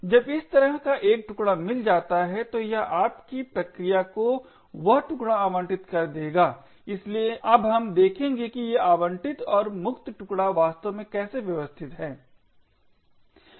जब इस तरह का एक टुकड़ा मिल जाता है तो यह आपकी प्रक्रिया को वह टुकड़ा आवंटित कर देगा इसलिए अब हम देखेंगे कि ये आवंटित और मुक्त टुकड़ा वास्तव में कैसे व्यवस्थित हैं